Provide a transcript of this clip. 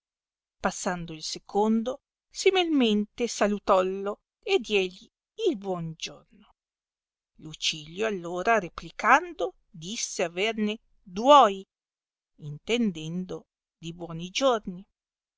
passando il secondo simelmente salutollo e diègli il buon giorno lucilio all ora replicando disse averne duoi intendendo di buoni giorni